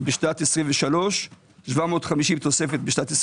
בשנת 23', 750 תוספת ב-24'.